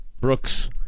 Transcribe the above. Brooks